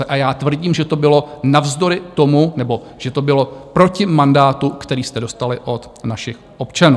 A já tvrdím, že to bylo navzdory tomu, nebo že to bylo proti mandátu, který jste dostali od našich občanů.